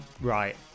Right